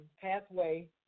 pathway